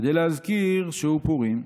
"כדי להזכיר שהוא פורים."